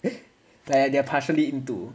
like they're partially 印度